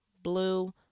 blue